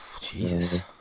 Jesus